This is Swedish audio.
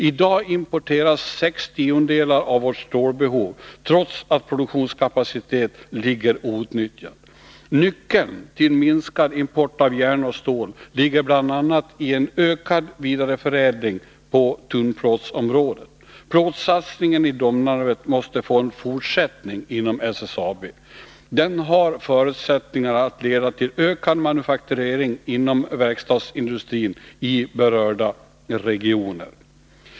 I dag importeras sex tiondelar av vårt stålbehov, trots att produktionskapacitet ligger outnyttjad. Nyckeln till minskad import av järn och stål ligger bl.a. i en ökad vidareförädling på tunnplåtsområdet. Plåtsatsningen i Domnarvet måste få en fortsättning inom SSAB. Den har förutsättningar att leda till ökad manufakturering inom verkstadsindustrin i berörda regioner.